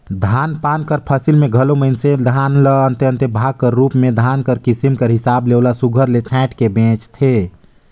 धान पान कर फसिल में घलो मइनसे धान ल अन्ते अन्ते भाग कर रूप में धान कर किसिम कर हिसाब ले ओला सुग्घर ले छांएट के बेंचथें